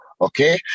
Okay